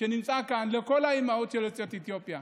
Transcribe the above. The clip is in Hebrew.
שנמצא כאן, לכל האימהות יוצאות אתיופיה,